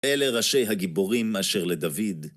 אלה ראשי הגיבורים אשר לדוד.